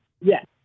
yes